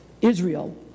Israel